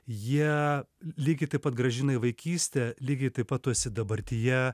jie lygiai taip pat grąžina į vaikystę lygiai taip pat tu esi dabartyje